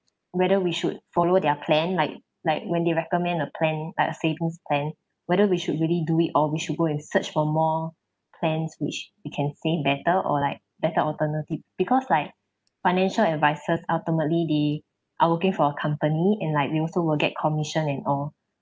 whether we should follow their plan like like when they recommend a plan like a savings plan whether we should really do it or we should go and search for more plans which we can save better or like better alternative because like financial advisers ultimately they are working for a company and like they also will get commission and all